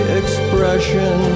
expression